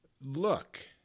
look